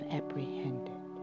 apprehended